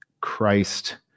Christ